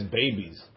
babies